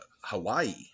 Hawaii